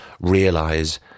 realise